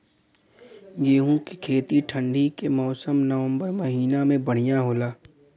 गेहूँ के खेती ठंण्डी के मौसम नवम्बर महीना में बढ़ियां होला?